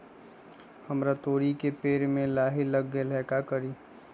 हमरा तोरी के पेड़ में लाही लग गेल है का करी?